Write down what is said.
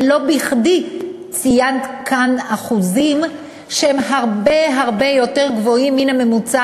ולא בכדי ציינת כאן אחוזים שהם הרבה הרבה יותר גבוהים מן הממוצע